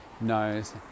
knows